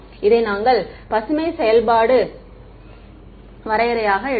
இதை நாங்கள் பசுமை செயல்பாட்டு Green's functions வரையறையாக எடுத்தோம்